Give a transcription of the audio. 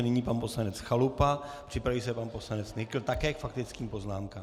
Nyní pan poslanec Chalupa, připraví se pan poslanec Nykl, také k faktickým poznámkám.